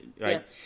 Right